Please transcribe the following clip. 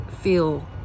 feel